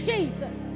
Jesus